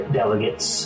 delegates